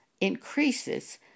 increases